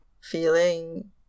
feeling